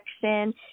section